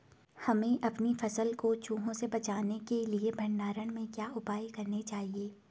हमें अपनी फसल को चूहों से बचाने के लिए भंडारण में क्या उपाय करने चाहिए?